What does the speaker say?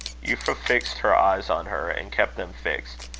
euphra fixed her eyes on her, and kept them fixed,